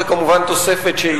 זה כמובן תוספת שהיא,